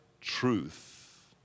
truth